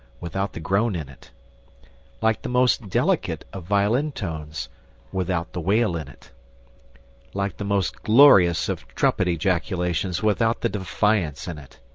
without the groan in it like the most delicate of violin tones without the wail in it like the most glorious of trumpet-ejaculations without the defiance in it